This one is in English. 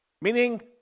meaning